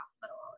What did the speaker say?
hospital